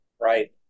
right